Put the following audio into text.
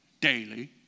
daily